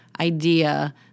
idea